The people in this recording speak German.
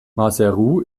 maseru